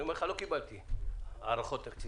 אני אומר לך, לא קיבלתי הערכות תקציביות.